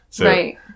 Right